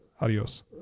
adios